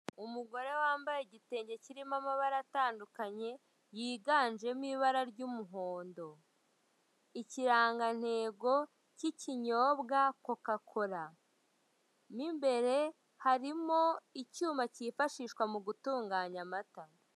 Umugore wambaye igitenge kirimo amabara atandukanye, yiganjemo ibara ry'umuhondo. Ikirangantego cy'ikinyobwa kokakora. Mo imbere harimo icyuma cyifashishwa mu gutunganya amata.